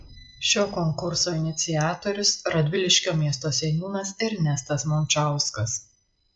šio konkurso iniciatorius radviliškio miesto seniūnas ernestas mončauskas